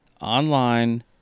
online